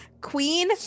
Queen